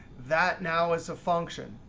that now as a function.